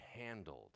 handled